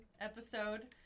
episode